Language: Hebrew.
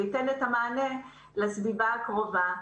שייתן את המענה לסביבה הקרובה,